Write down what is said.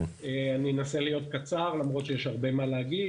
אני אנסה להיות קצר, למרות שיה הרבה מה להגיד.